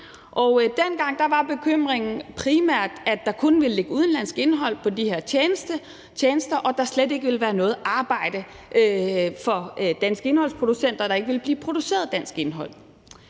dengang var bekymringen primært, at der kun ville ligge udenlandsk indhold på de her tjenester, at der slet ikke ville være noget arbejde for danske indholdsproducenter, og at der ikke ville blive produceret dansk indhold.